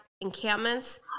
encampments